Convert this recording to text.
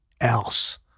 else